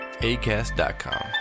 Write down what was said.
ACAST.com